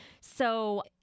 So-